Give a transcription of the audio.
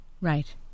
Right